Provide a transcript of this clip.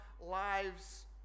lives